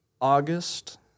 August